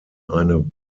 eine